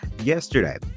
yesterday